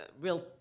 real